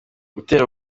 gutera